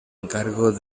encargo